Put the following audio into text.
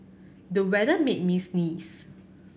the weather made me sneeze